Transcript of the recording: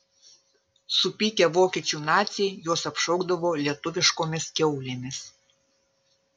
supykę vokiečių naciai juos apšaukdavo lietuviškomis kiaulėmis